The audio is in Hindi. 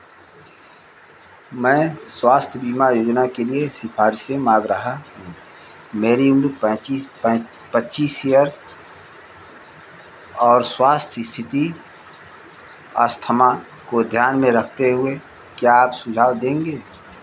मैं स्वास्थ्य बीमा योजना के लिए सिफारिशें माँग रहा हूँ मेरी उम्र पच्चीस पच्चीस इयर और स्वास्थ्य स्थिति अस्थमा को ध्यान में रखते हुए क्या आप सुझाव देंगे